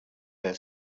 their